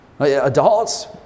Adults